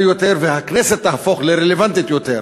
יותר והכנסת תהפוך לרלוונטית יותר.